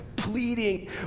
pleading